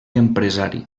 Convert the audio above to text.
empresari